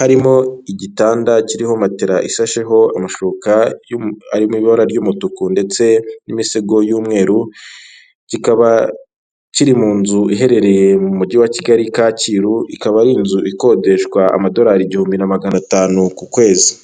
harimo igitanda kiriho matera ishasheho amashuka ari mu ibara ry'umutuku ndetse n'imisego y'umweru, kikaba kiri mu nzu iherereye mu mujyi wa Kigali Kacyiru, ikaba ari inzu ikodeshwa amadorari igihumbi na magana atanu ku kwezi.